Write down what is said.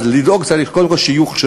אז צריך לדאוג קודם כול שיוכשרו,